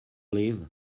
live